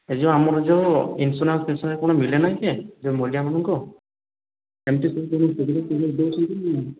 ଏ ଯେଉଁ ଆମର ଯେଉଁ ଇନସ୍ୟୁରାନ୍ସ ଫିନସ୍ୟୁରାନ୍ସ କଣ ମିଳେ ନାହିଁ କେ ଯେଉଁ ମୁଲିଆ ମାନଙ୍କୁ ଏମିତି ଦେଉଛନ୍ତି କି